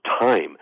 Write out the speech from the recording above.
time